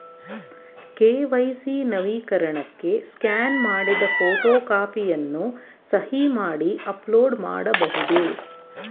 KYC ನವೀಕರಣಕ್ಕೆ scan ಮಾಡಿದ photo ಕಾಪಿಯನ್ನು ಸಹಿ ಮಾಡಿ ಅಪ್ಲೋಡ್ ಮಾಡಬಹುದೇ?